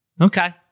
okay